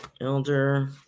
elder